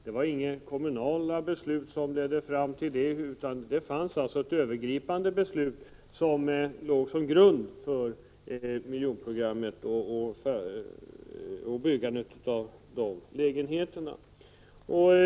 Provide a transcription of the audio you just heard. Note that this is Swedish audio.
Det var inte några kommunala beslut som ledde fram till det utan det var ett övergripande beslut som låg som grund för miljonprogrammet.